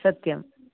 सत्यम्